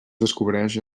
descobreix